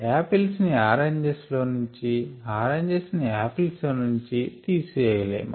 apples ని oranges లోనుంచి oranges ని యాపిల్స్ లోనుంచి తెసివేయ లేము